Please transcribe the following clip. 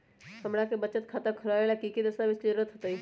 हमरा के बचत खाता खोलबाबे ला की की दस्तावेज के जरूरत होतई?